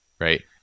right